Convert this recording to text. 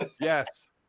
Yes